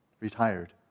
retired